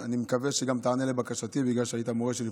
אני מקווה שגם תיענה לבקשתי בגלל שהיית מורה שלי,